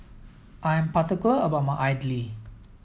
I am about my idly